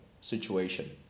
situation